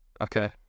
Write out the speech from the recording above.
okay